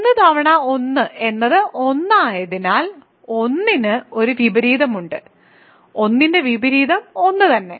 1 തവണ 1 എന്നത് 1 ആയതിനാൽ 1 ന് ഒരു വിപരീതം ഉണ്ട് 1 ന്റെ വിപരീതം 1 തന്നെ